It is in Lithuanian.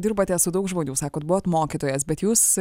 dirbate su daug žmonių sakot buvot mokytojas bet jūs